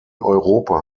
europa